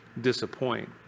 disappoint